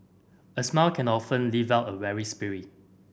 a smile can often lift out a weary spirit